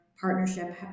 partnership